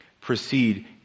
proceed